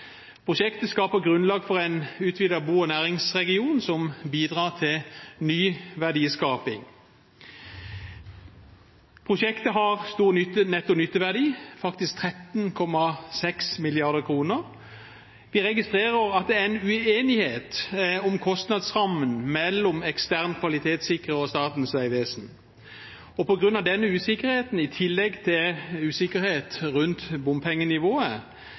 Prosjektet skaper grunnlag for en utvidet bo- og næringsregion, som bidrar til ny verdiskaping. Prosjektet har stor netto nytteverdi, faktisk 13,6 mrd. kr. Vi registrerer at det er en uenighet om kostnadsrammen mellom ekstern kvalitetssikrer og Statens vegvesen, og på grunn av denne usikkerheten, i tillegg til usikkerhet rundt bompengenivået